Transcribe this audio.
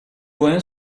loin